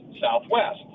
Southwest